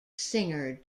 singer